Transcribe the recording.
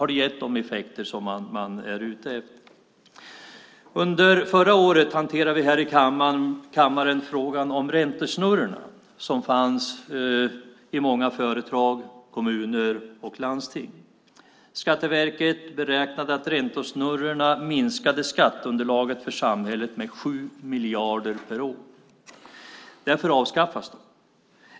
Har det gett de effekter som man är ute efter? Under förra året hanterade vi här i kammaren frågan om räntesnurrorna, som fanns i många företag, kommuner och landsting. Skatteverket beräknade att räntesnurrorna minskade skatteunderlaget för samhället med 7 miljarder per år. Därför avskaffas de.